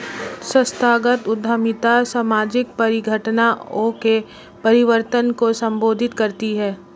संस्थागत उद्यमिता सामाजिक परिघटनाओं के परिवर्तन को संबोधित करती है